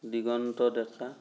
দিগন্ত ডেকা